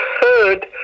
heard